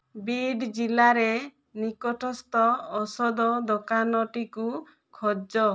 ବୀଡ୍ ଜିଲ୍ଲାରେ ନିକଟସ୍ଥ ଔଷଧ ଦୋକାନଟିକୁ ଖୋଜ